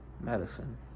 medicine